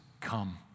come